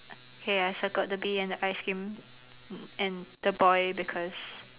hey I circled the bee and the ice cream and the boy because